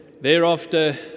Thereafter